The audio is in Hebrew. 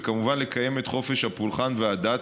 וכמובן לקיים את חופש הפולחן והדת,